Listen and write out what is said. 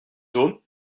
zones